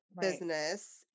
business